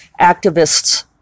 activists